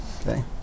Okay